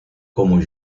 como